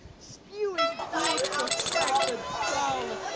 spewing forth the fragments foul,